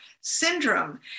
syndrome